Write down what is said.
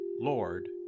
Lord